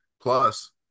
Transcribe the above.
Plus